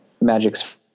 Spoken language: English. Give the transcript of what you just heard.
magic's